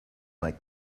make